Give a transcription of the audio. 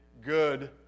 good